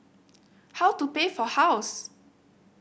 how to pay for house